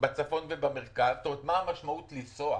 בצפון ובמרכז, מה המשמעות לנסוע